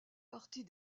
partie